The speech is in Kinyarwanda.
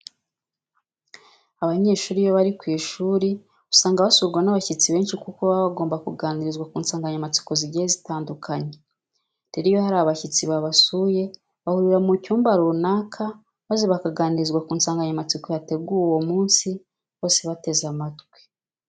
Abanyeshuri iyo bari ku ishuri usanga basurwa n'abashyitsi benshi kuko baba bagomba kuganirizwa ku nsanganyamatsiko zigiye zitandukanye. Rero iyo hari abashyitsi babasuye bahurira mu cyumba runaka maze bakaganirizwa ku nsanganyamatsiko yateguwe uwo munsi bose bateze amatwi.